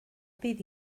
bydd